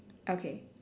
okay